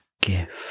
gift